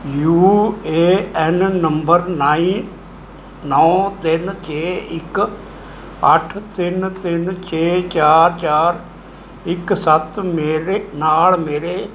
you A N number ਨਾਈ ਨੌ ਤਿੰਨ ਛੇ ਇੱਕ ਅੱਠ ਤਿੰਨ ਤਿੰਨ ਛੇ ਚਾਰ ਚਾਰ ਇੱਕ ਸੱਤ ਮੇਰੇ ਨਾਲ ਮੇਰੇ